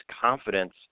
confidence